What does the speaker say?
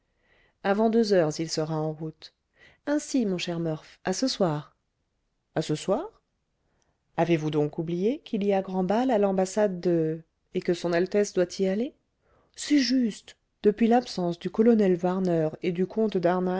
avant deux heures il sera en route ainsi mon cher murph à ce soir à ce soir avez-vous donc oublié qu'il y a grand bal à l'ambassade de et que son altesse doit y aller c'est juste depuis l'absence du colonel warner et du comte